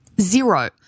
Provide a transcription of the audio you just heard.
Zero